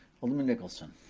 alderman nicholson.